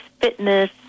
fitness